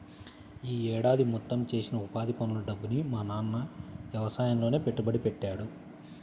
యీ ఏడాది మొత్తం చేసిన ఉపాధి పనుల డబ్బుని మా నాన్న యవసాయంలోనే పెట్టుబడి పెట్టాడు